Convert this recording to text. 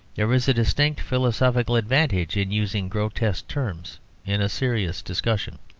there is a distinct philosophical advantage in using grotesque terms in a serious discussion.